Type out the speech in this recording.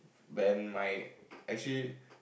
then my actually